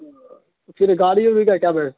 پھر گاڑی اوڑی کا کیا ویوستھا ہے